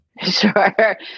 Sure